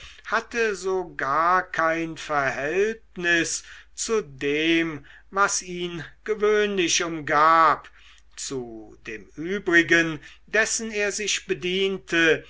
hatte so gar kein verhältnis zu dem was ihn gewöhnlich umgab zu dem übrigen dessen er sich bediente